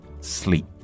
Sleep